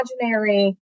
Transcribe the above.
imaginary